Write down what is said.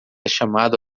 chamado